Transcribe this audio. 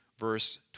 Verse